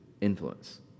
influence